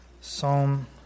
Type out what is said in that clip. Psalm